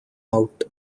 out